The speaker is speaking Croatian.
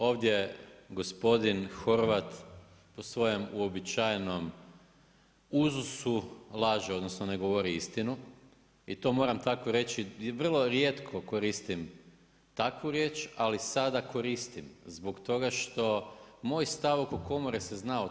Ovdje gospodin Horvat po svojem uobičajenom uzusu laže, odnosno ne govori istinu i to moram tako reći vrlo rijetko koristim takvu riječ ali sada koristim zbog toga što moj stav oko komore se zna od